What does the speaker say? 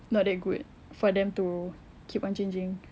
not that good for them to keep on changing